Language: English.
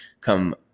come